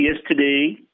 yesterday